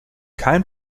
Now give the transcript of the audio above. kein